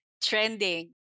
trending